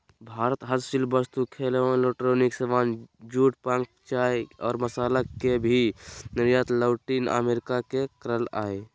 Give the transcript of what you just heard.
भारत हस्तशिल्प वस्तु, खेल एवं इलेक्ट्रॉनिक सामान, जूट, शंख, चाय और मसाला के भी निर्यात लैटिन अमेरिका मे करअ हय